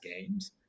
games